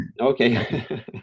Okay